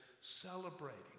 celebrating